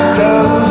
love